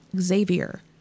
Xavier